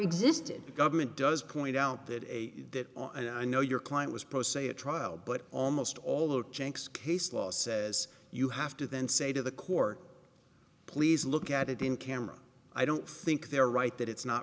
existed government does point out that a i know your client was pro se a trial but almost all of jenks case law says you have to then say to the court please look at it in camera i don't think they're right that it's not